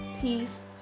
peace